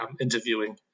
interviewing